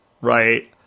right